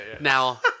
now